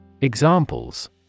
Examples